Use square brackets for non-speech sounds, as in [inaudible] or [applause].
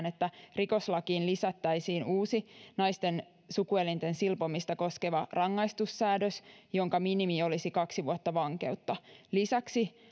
[unintelligible] että rikoslakiin lisättäisiin uusi naisten sukuelinten silpomista koskeva rangaistussäännös jonka minimi olisi kaksi vuotta vankeutta lisäksi [unintelligible]